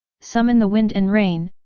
summon the wind and rain,